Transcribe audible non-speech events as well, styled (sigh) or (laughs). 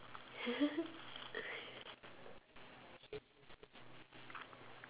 (laughs)